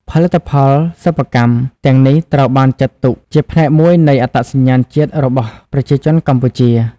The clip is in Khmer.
ផលិតផលសិប្បកម្ម ទាំងនេះត្រូវបានចាត់ទុកជាផ្នែកមួយនៃអត្តសញ្ញាណជាតិរបស់ប្រជាជនកម្ពុជា។